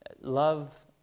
Love